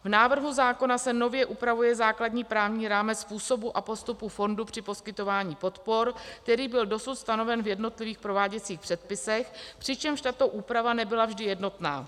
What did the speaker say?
V návrhu zákona se nově upravuje základní právní rámec způsobu a postupu fondu při poskytování podpor, který byl dosud stanoven v jednotlivých prováděcích předpisech, přičemž tato úprava nebyla vždy jednotná.